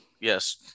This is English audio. yes